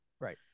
Right